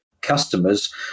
customers